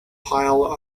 pile